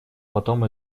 потом